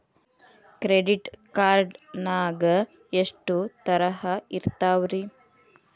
Credit card ನಾಗ ಎಷ್ಟು ತರಹ ಇರ್ತಾವ್ರಿ?